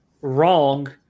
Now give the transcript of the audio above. wrong –